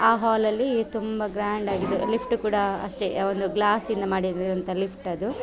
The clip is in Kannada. ಆ ಹಾಲ್ ಅಲ್ಲಿ ತುಂಬ ಗ್ರ್ಯಾಂಡಾಗಿದ್ದು ಲಿಫ್ಟ್ ಕೂಡ ಅಷ್ಟೆ ಒಂದು ಗ್ಲಾಸ್ ಇಂದ ಮಾಡಿರೋವಂಥ ಲಿಫ್ಟ್ ಅದು